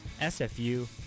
SFU